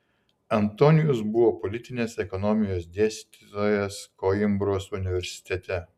antonijus buvo politinės ekonomijos dėstytojas koimbros universitete